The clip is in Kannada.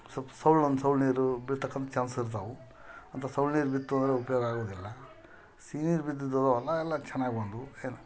ಸ್ವಲ್ಪ ಸೌಳು ಸೌಳು ನೀರು ಬೀಳ್ತಕ್ಕಂತ ಚಾನ್ಸ್ ಇರ್ತಾವೆ ಅಂತ ಸೌಳು ನೀರು ಬಿತ್ತು ಅಂದ್ರೆ ಉಪಯೋಗ ಆಗೋದಿಲ್ಲ ಸಿಹಿ ನೀರು ಬಿದ್ದಿದ್ದು ಹೊಲ ಎಲ್ಲ ಚೆನ್ನಾಗಿ ಬಂದವು ಏನು